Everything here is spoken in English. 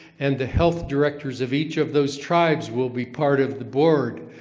and the health directors of each of those tribes will be part of the board.